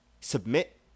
Submit